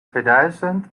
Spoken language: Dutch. tweeduizend